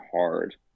hard